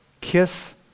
Kiss